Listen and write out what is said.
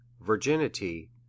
virginity